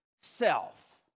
self